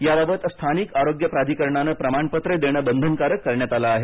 याबाबत स्थानिक आरोग्य प्राधिकरणानं प्रमाणपत्र देणं बंधनकारक करण्यात आलं आहे